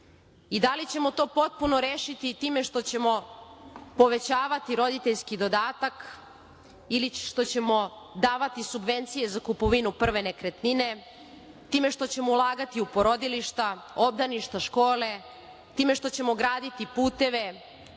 i da li ćemo to potpuno rešiti time što ćemo povećavati roditeljski dodatak ili što ćemo davati subvencije za kupovinu prve nekretnine, time što ćemo ulagati u porodilišta, obdaništa, škole, time što ćemo graditi puteve,